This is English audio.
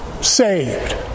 saved